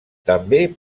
també